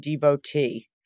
devotee